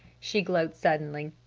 she glowed suddenly.